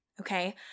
okay